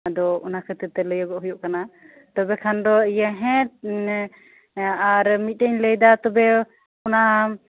ᱟᱫᱚ ᱚᱱᱟ ᱠᱷᱟᱹᱛᱤᱨᱛᱮ ᱞᱟᱹᱭᱟᱹᱜᱚᱜ ᱦᱩᱭᱩᱜ ᱠᱟᱱᱟ ᱛᱚᱵᱮ ᱠᱷᱟᱱ ᱫᱚ ᱤᱭᱟᱹ ᱦᱮᱸ ᱟᱨ ᱢᱤᱴᱮᱡ ᱤᱧ ᱞᱟᱹᱭ ᱮᱫᱟ ᱛᱚᱵᱮ ᱚᱱᱟ